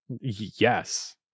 Yes